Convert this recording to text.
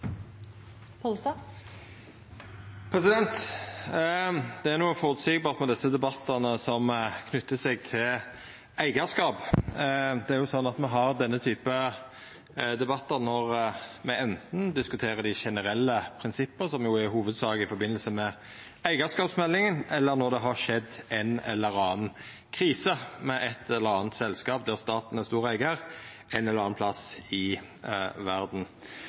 noko føreseieleg med desse debattane som gjeld eigarskap. Me har denne typen debattar når me anten diskuterer dei generelle prinsippa, som i hovudsak er i samband med eigarskapsmeldinga, eller når det har skjedd ei eller anna krise med eit eller anna selskap der staten er stor eigar ein eller annan plass i verda.